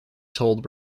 told